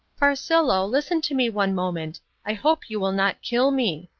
farcillo, listen to me one moment i hope you will not kill me.